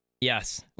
Yes